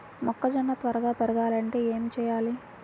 మొక్కజోన్న త్వరగా పెరగాలంటే ఏమి చెయ్యాలి?